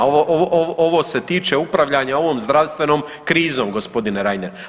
Ovo, ovo se tiče upravljanja ovom zdravstvenom krizom, g. Reiner.